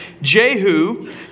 Jehu